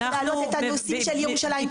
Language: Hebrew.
נושאים שקשורים בירושלים ובהיסטוריה שלה.